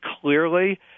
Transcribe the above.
clearly